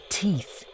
teeth